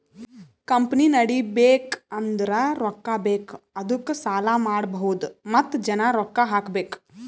company ನಡಿಬೇಕ್ ಅಂದುರ್ ರೊಕ್ಕಾ ಬೇಕ್ ಅದ್ದುಕ ಸಾಲ ಮಾಡ್ಬಹುದ್ ಮತ್ತ ಜನ ರೊಕ್ಕಾ ಹಾಕಬೇಕ್